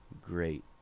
great